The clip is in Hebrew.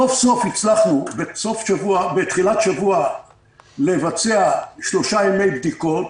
סוף סוף הצלחנו בתחילת השבוע לבצע שלושה ימי בדיקות.